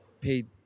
paid